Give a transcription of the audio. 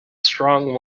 strong